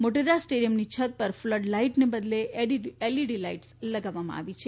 મોટેરા સ્ટેડિયમની છત પર ફ્લડ લાઇટને બદલે એલઇડી લાઇટ્સ લગાવવામાં આવી છે